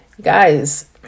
guys